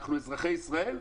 אנחנו אזרחי ישראל,